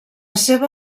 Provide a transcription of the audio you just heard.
seva